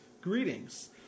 Greetings